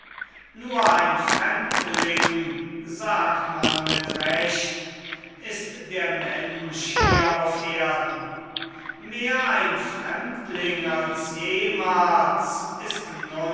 nur ein fremdling sagt man mit recht ist der mensch hier auf erden mehr ein fremdling als jemals ist